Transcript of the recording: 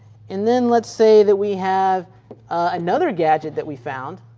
and then let's say that we have another gadget that we found,